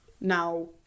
now